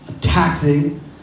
taxing